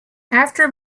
after